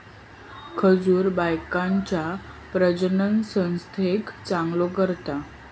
खजूर बायकांच्या प्रजननसंस्थेक चांगलो करता